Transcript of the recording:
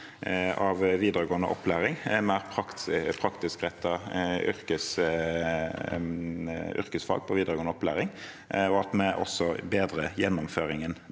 av videregående opplæring, mer praktisk rettede yrkesfag i videregående opplæring, og at vi også bedrer gjennomføringen